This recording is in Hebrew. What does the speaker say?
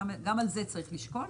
גם את זה צריך לשקול.